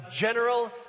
general